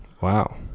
Wow